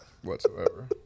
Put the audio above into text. whatsoever